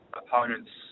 opponents